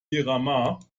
myanmar